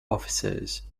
officers